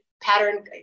pattern